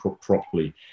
properly